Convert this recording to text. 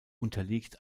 unterliegt